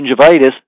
gingivitis